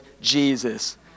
Jesus